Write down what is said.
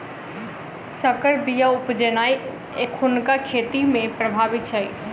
सँकर बीया उपजेनाइ एखुनका खेती मे प्रभावी छै